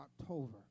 October